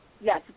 Yes